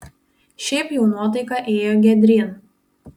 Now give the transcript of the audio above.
šiaip jau nuotaika ėjo giedryn